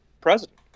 president